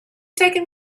taken